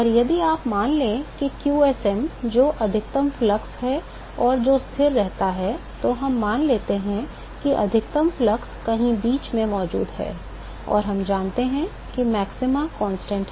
और यदि आप मान लें कि qsm जो अधिकतम फ्लक्स है और जो स्थिर रहता है तो हम मान लेते हैं कि अधिकतम फ्लक्स कहीं बीच में मौजूद है और हम मानते हैं कि मैक्सिमा स्थिर रहता है